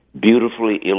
beautifully